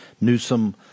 Newsom